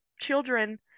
children